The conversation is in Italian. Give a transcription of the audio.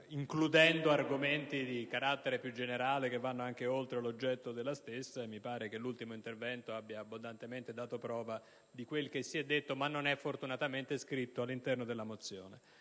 includendo argomenti di carattere più generale che vanno anche oltre l'oggetto delle stesse, e mi pare che l'ultimo intervento abbia abbondantemente dato prova di questo, anche se, fortunatamente, non è scritto nella mozione.